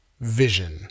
Vision